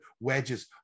Wedges